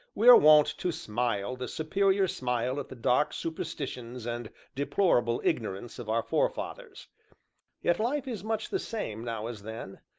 we are wont to smile the superior smile at the dark superstitions and deplorable ignorance of our forefathers yet life is much the same now as then,